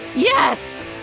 yes